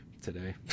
today